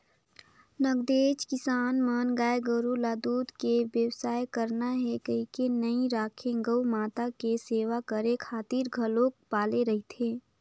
नगदेच किसान मन गाय गोरु ल दूद के बेवसाय करना हे कहिके नइ राखे गउ माता के सेवा करे खातिर घलोक पाले रहिथे